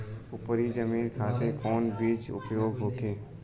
उपरी जमीन खातिर कौन बीज उपयोग होखे?